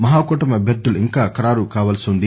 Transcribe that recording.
మహాకూటమి అభ్యర్గులు ఇంకా ఖరారు కావాల్ని ఉంది